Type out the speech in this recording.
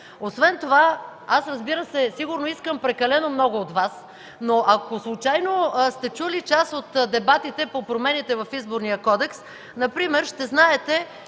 Освен това, сигурно искам прекалено много от Вас, но ако случайно сте чули част от дебатите по промените в Изборния кодекс, например ще знаете